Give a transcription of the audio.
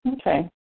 Okay